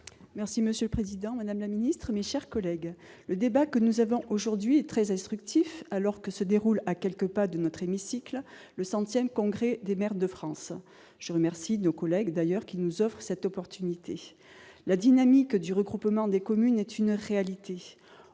Monsieur le président, madame la ministre, mes chers collègues, le débat que nous avons aujourd'hui est très instructif, alors que se déroule, à quelques pas de notre hémicycle, le centième congrès des maires de France. Je tiens d'ailleurs à remercier nos collègues qui nous offrent cette opportunité. La dynamique du regroupement des communes est une réalité.